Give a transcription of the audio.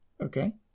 Okay